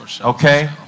okay